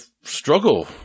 struggle